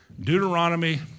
Deuteronomy